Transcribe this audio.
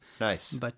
Nice